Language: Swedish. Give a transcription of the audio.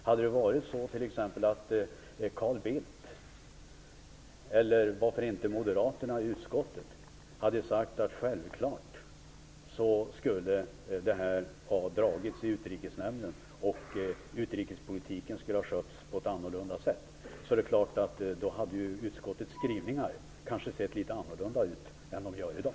Hade Carl Bildt eller varför inte moderaterna i utskottet sagt att brevet självfallet skulle ha dragits i Utrikesnämnden och att utrikespolitiken skulle ha skötts på ett annorlunda sätt hade utskottets skrivningar kanske sett litet annorlunda ut än vad de gör i dag.